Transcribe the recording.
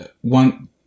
one